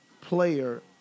player